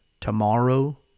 Tomorrow